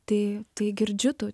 tai tai girdžiu tų